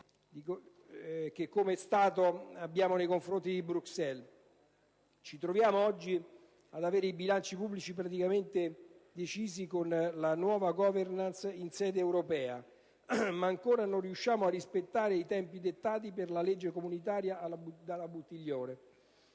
che come Stato abbiamo nei confronti di Bruxelles. Ci troviamo oggi ad avere i bilanci pubblici praticamente decisi con la nuova *governance* in sede europea, ma ancora non riusciamo a rispettare i tempi dettati per la legge comunitaria dalla legge Buttiglione.